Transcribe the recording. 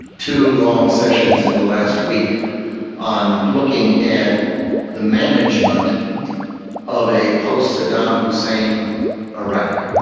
two long sessions in the last week on looking at the management of a post-saddam hussein iraq.